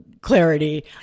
clarity